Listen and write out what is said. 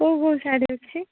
କେଉଁ କେଉଁ ଶାଢ଼ୀ ଅଛି